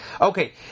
Okay